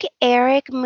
Eric